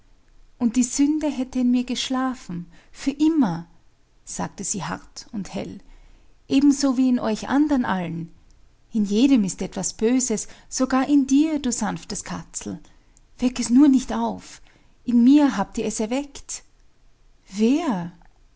und die sünde hätte in mir geschlafen für immer sagte sie hart und hell ebenso wie in euch andern allen in jedem ist etwas böses sogar in dir du sanftes katzel weckt es nur nicht auf in mir habt ihr es erweckt wer